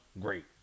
great